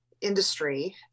industry